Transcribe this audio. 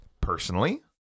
Personally